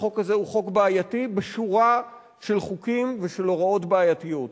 החוק הזה הוא חוק בעייתי בשורה של חוקים ושל הוראות בעייתיות.